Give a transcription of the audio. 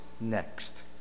next